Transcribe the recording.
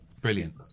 Brilliant